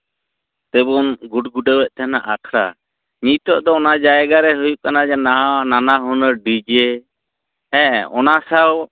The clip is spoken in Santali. ᱛᱮᱵᱚᱱ ᱜᱩᱰᱜᱩᱰᱟᱹᱣᱮᱫ ᱛᱟᱦᱮᱸᱱᱟ ᱟᱠᱷᱲᱟ ᱱᱤᱛᱳᱜ ᱫᱚ ᱚᱱᱟ ᱡᱟᱭᱜᱟ ᱨᱮ ᱦᱩᱭᱩᱜ ᱠᱟᱱᱟ ᱡᱮ ᱱᱟ ᱱᱟᱱᱟᱦᱩᱱᱟᱹᱨ ᱰᱤᱡᱮ ᱦᱮᱸ ᱚᱱᱟ ᱥᱟᱶ